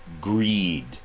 greed